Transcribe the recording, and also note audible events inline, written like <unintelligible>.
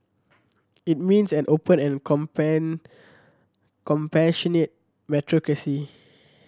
it means an open and <unintelligible> compassionate meritocracy